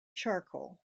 charcoal